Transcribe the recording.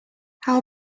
how